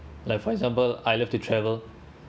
like for example I love to travel